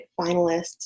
finalists